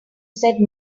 said